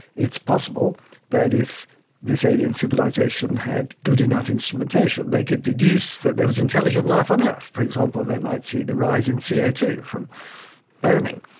it's possible that if this alien civilisation had good enough instrumentation, they could deduce that there was intelligent life on earth. for example, they might see the rise in c o two from burning.